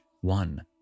one